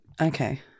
Okay